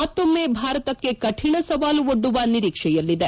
ಮತ್ತೊಮ್ನೆ ಭಾರತಕ್ಕೆ ಕಠಿಣ ಸವಾಲು ಒಡ್ಡುವ ನಿರೀಕ್ಷೆಯಲ್ಲಿದೆ